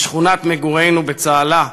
בשכונת מגורינו בצהלה,